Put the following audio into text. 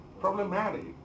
problematic